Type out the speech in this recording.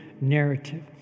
narrative